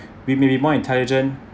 we may be more intelligent